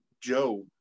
Job